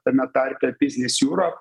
tame tarpe biznis jūrop